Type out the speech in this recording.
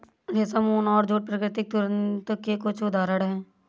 रेशम, ऊन और जूट प्राकृतिक तंतु के कुछ उदहारण हैं